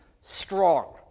strong